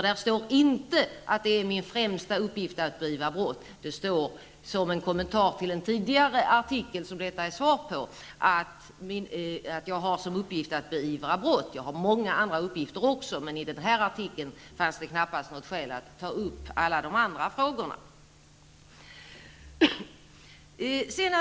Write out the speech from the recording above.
Där står inte att det är min främsta uppgift att beivra brott. Det står, som en kommentar till en tidigare artikel, som denna var ett svar på, att jag har som uppgift att beivra brott. Jag har många andra uppgifter också, men i den här artikeln fanns det knappast skäl att ta upp alla de andra frågorna.